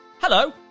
hello